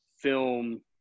film